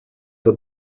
der